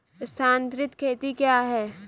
स्थानांतरित खेती क्या है?